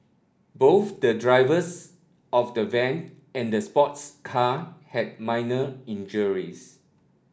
both the drivers of the van and the sports car had minor injuries